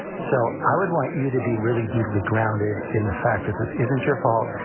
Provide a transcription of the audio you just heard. so i would want you to be really deeply grounded in the fact that this isn't your fault,